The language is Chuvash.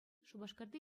шупашкарти